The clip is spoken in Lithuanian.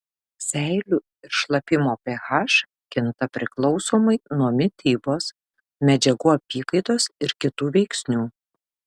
seilių ir šlapimo ph kinta priklausomai nuo mitybos medžiagų apykaitos ir kitų veiksnių